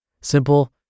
Simple